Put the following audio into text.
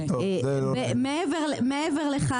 מעבר לכך,